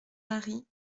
marie